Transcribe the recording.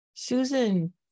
Susan